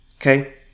okay